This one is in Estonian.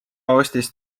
ostis